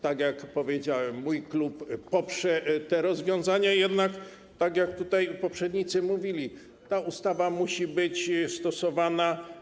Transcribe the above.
Tak jak powiedziałem, mój klub poprze te rozwiązania, jednak, tak jak tutaj mówili poprzednicy, ta ustawa musi być stosowana.